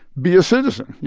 be a citizen.